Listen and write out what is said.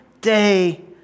day